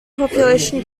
population